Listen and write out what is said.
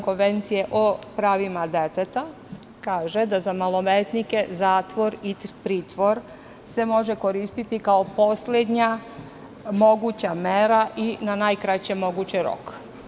Konvencije o pravima deteta kaže – za maloletnike zatvor i pritvor se može koristiti kao poslednja moguća mera i na najkraći mogući rok.